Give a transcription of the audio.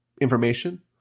information